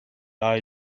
eye